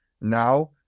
now